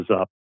up